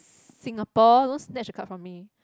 Singapore don't snatch the card from me